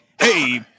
hey